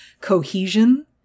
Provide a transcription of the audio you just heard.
cohesion